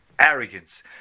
arrogance